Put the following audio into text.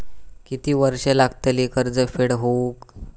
किती वर्षे लागतली कर्ज फेड होऊक?